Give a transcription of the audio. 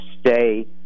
stay